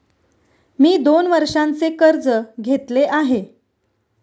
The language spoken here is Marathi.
मी दोन वर्षांचे कर्ज घेतले आहे